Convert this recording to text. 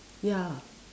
ya